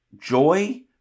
Joy